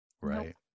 Right